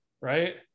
Right